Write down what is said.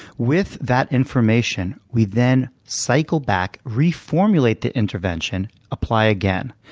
with that information, we then cycle back, reformulate the intervention, apply again.